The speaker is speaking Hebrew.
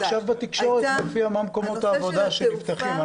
עכשיו בתקשורת מופיעים מקומות העבודה שנפתחים.